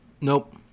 Nope